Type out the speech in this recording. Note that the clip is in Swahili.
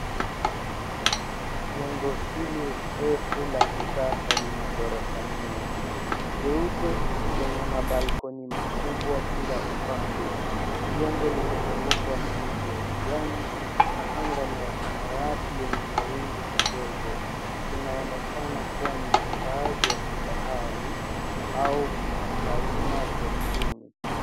Jengo hili refu la kisasa lina ghorofa nyingi, jeupe lenye mabalkoni makubwa kila upande. Jengo limezungukwa na miti ya kijani na anga ni ya samawati yenye mawingu kidogo. Inaonekana kuwa ni makazi ya kifahari au makazi mapya mjini.